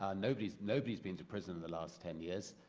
um nobody's nobody's been to prison in the last ten years.